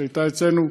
שהייתה אצלנו,